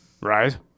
Right